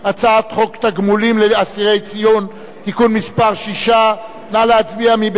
הצעת חוק תגמולים לאסירי ציון ולבני-משפחותיהם (תיקון מס' 6) נא להצביע.